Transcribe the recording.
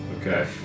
Okay